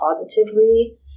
positively